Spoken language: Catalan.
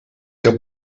que